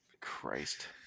Christ